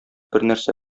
бернәрсә